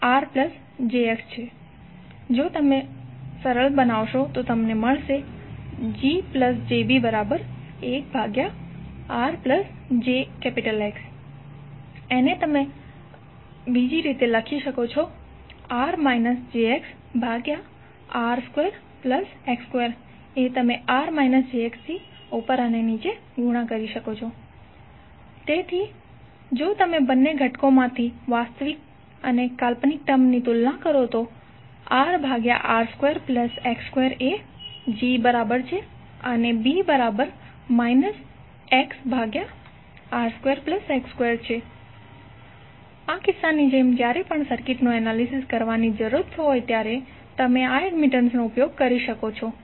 તો જો તમે સરળ બનાવશો તો તમને મળશે GjB1RjXR jXR2X2 તેથી જો તમે બંને ઘટકોમાંથી વાસ્તવિક અને કાલ્પનિક ટર્મ ની તુલના કરો તો GRR2X2 B XR2X2 આ કિસ્સાની જેમ જ્યારે પણ સર્કિટનું એનાલિસિસ કરવાની જરૂરિયાત હોય ત્યારે તમે આ એડમિટન્સનો ઉપયોગ કરી શકો છો જે છે